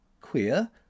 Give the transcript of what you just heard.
queer